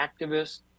activists